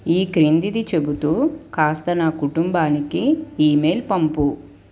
ఈ క్రిందిది చెబుతూ కాస్త నా కుటుంబానికి ఇమెయిల్ పంపు